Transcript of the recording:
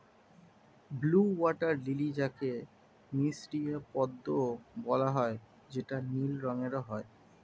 blue water lily যাকে মিসরীয় পদ্মও বলা হয় যেটা নীল রঙের হয়